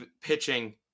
pitching